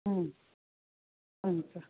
ಹ್ಞೂ ಹ್ಞೂ ಸರ್